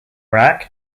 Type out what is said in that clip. iraq